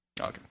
Okay